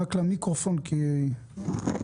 פה,